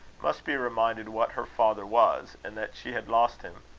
must be reminded what her father was, and that she had lost him.